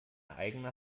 eigene